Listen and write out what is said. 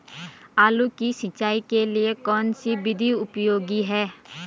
आलू की सिंचाई के लिए कौन सी विधि उपयोगी है?